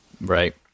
Right